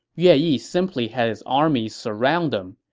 yeah he simply had his army surround them.